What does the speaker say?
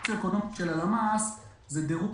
הדירוג הסוציו-אקונומי של הלמ"ס זה דירוג